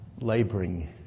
laboring